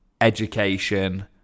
education